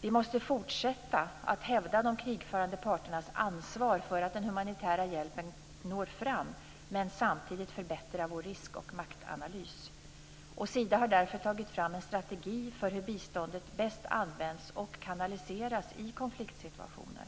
Vi måste fortsätta att hävda de krigförande parternas ansvar för att den humanitära hjälpen når fram, men samtidigt också förbättra vår risk och maktanalys. Sida har därför tagit fram en strategi för hur biståndet bäst används och kanaliseras i konfliktsituationer.